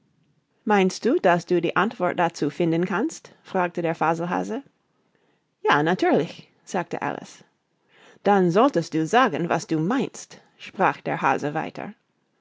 meinst du daß du die antwort dazu finden kannst fragte der faselhase ja natürlich sagte alice dann solltest du sagen was du meinst sprach der hase weiter